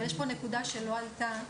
אבל יש פה נקודה שלא עלתה,